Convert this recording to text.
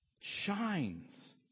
shines